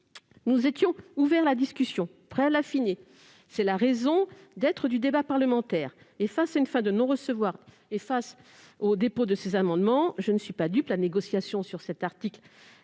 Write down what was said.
Nous étions ouverts à la discussion, prêts à l'affiner. C'est la raison d'être du débat parlementaire. Face à une fin de non-recevoir et au dépôt de ces amendements, je ne suis pas dupe : la négociation sur cet article